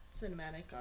cinematic